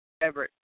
Everett